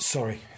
Sorry